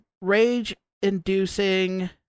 rage-inducing